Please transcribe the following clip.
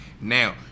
now